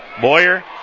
boyer